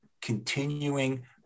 continuing